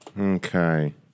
Okay